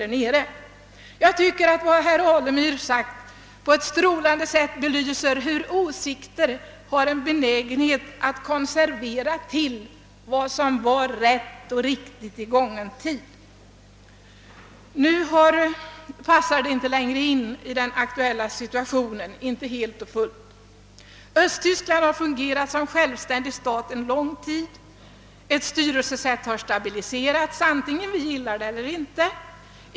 Vad herr Alemyr sagt belyser på ett strålande sätt hur åsikter har en benägenhet att konserveras och hålla sig till vad som var rätt och riktigt i gången tid. Nu passar denna inställning inte längre helt och fullt in i situationen. Östtyskland har fungerat som självständig stat en lång tid. Ett styrelsesätt har stabiliserats, vare sig vi gillar det eller inte.